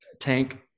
tank